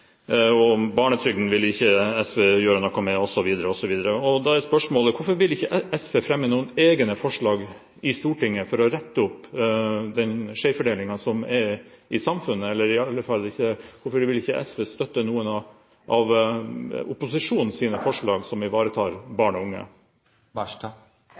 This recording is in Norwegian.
og barnetrygden vil ikke SV gjøre noe med, osv., osv. Da er spørsmålet: Hvorfor vil ikke SV fremme noen egne forslag i Stortinget for å rette opp den skjevfordelingen som er i samfunnet? Og hvorfor vil ikke SV støtte noen av opposisjonens forslag som ivaretar